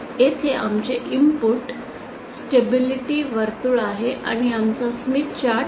येथे आमचे input stability वर्तुळ आहे आणि आमचा स्मिथ चार्ट आहे